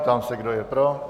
Ptám se, kdo je pro.